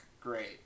great